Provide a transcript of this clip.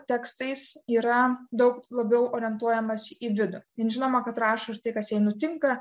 tekstais yra daug labiau orientuojamasi į vidų jin žinoma kad rašo ir tai kas jai nutinka